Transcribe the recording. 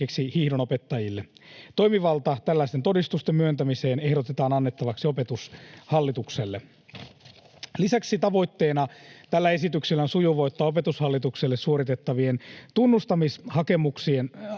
hiihdonopettajille. Toimivalta tällaisten todistusten myöntämiseen ehdotetaan annettavaksi Opetushallitukselle. Lisäksi tällä esityksellä on tavoitteena sujuvoittaa Opetushallitukselle suoritettavien tunnustamishakemusten